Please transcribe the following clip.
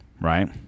right